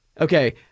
Okay